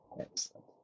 Excellent